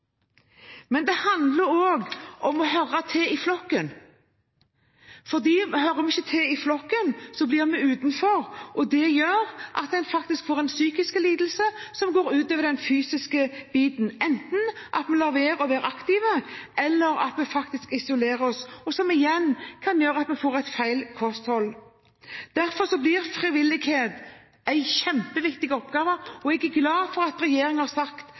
Men det handler også om å høre til i flokken. Hører vi ikke til i flokken, blir vi utenfor, og det gjør at en faktisk får en psykisk lidelse som går ut over den fysiske biten, enten ved at vi lar være å være aktive, eller at vi faktisk isolerer oss – og som igjen kan gjøre at vi får et feil kosthold. Derfor blir frivillighet en kjempeviktig oppgave. Jeg er glad for at regjeringen har sagt